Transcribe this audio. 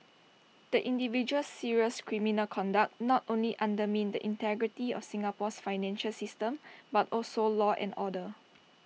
the individual's serious criminal conduct not only undermined the integrity of Singapore's financial system but also law and order